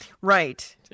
Right